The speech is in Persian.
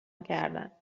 میکردن